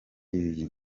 iyi